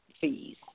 fees